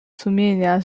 sumienia